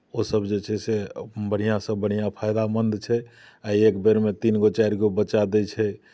ओसभ जे छै से बढ़िआँसँ बढ़िआँ फायदामन्द छै आ एक बेरमे तीन गो चारि गो बच्चा दैत छै